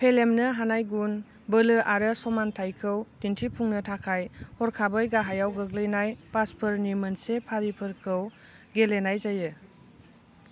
फेलेमनो हानाय गुन बोलो आरो समान्थायखौ दिन्थिफुंनो थाखाय हरखाबै गाहायाव गोग्लैनाय पासफोरनि मोनसे फारिफोरखौ गेलेनाय जायो